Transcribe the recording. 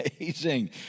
amazing